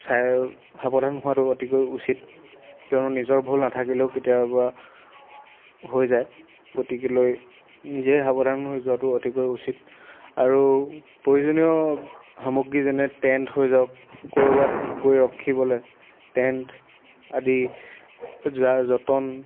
চাই সাৱধান হোৱাটো অতিকৈ উচিত কিয়নো নিজৰ ভুল নাথাকিলেও কেতিয়াবা হৈ যায় গতিকেলৈ নিজে সাৱধান হৈ যোৱাটো অতিকৈ উচিত আৰু প্ৰয়োজনীয় সামগ্ৰী যেনে টেণ্ট হৈ যাওক ক'ৰবাত গৈ ৰখিবলৈ টেণ্ট আদি যা যতন